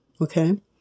okay